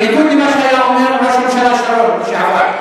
בניגוד למה שהיה אומר ראש הממשלה שרון לשעבר.